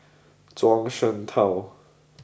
Zhuang Shengtao